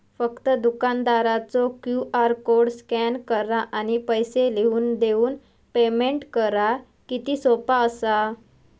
फक्त दुकानदारचो QR code scan करा आणि पैसे लिहून देऊन पेमेंट करा किती सोपा असा